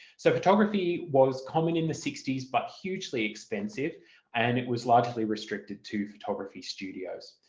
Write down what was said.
so photography was common in the sixty s but hugely expensive and it was largely restricted to photography studios.